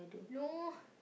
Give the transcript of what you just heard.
no